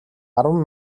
арван